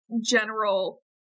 general